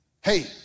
Hey